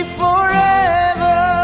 forever